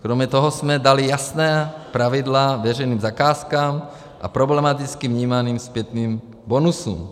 Kromě toho jsme dali jasná pravidla veřejným zakázkám a problematicky vnímaným zpětným bonusům.